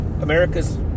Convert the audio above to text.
America's